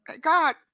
God